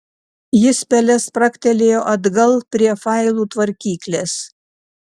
jis pele spragtelėjo atgal prie failų tvarkyklės